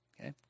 okay